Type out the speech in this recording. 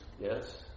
yes